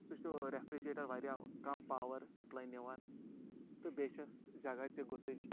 سُہ چھُ رٮ۪فرِجریٹَر واریاہ کَم پاوَر سَپلاے نِوان تہٕ بیٚیہِ چھٮ۪س جگہ تہِ گُتٕجۍ